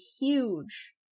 huge